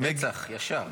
מצ"ח, ישר.